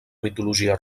mitologia